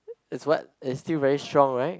is what is still very strong right